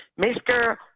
Mr